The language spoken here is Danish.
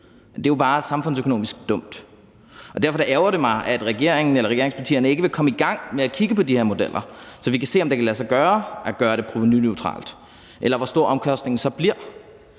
det er jo bare samfundsøkonomisk dumt. Derfor ærgrer det mig, at regeringen – eller regeringspartierne – ikke vil komme i gang med at kigge på de her modeller, så vi kan se, om det kan lade sig gøre at gøre det provenuneutralt, eller hvor stor omkostningen så bliver.